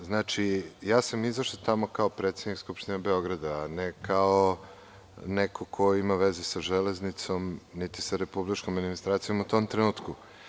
Izašao sam tamo kao predsednik Skupštine Beograda, a ne kao neko ko ima veze sa železnicom, niti sa republičkom administracijom, u tom trenutku.